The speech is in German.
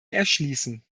erschließen